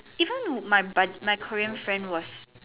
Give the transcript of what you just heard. even my my bud my Korean friend was